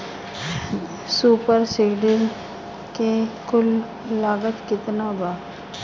Super seeder के कुल लागत केतना बा?